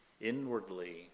inwardly